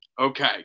Okay